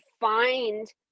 find